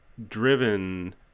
driven